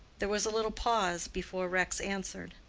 there was a little pause before rex answered,